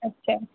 اچھا